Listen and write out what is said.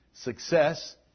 success